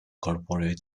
corporate